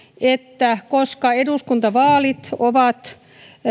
että koska eduskuntavaalit ovat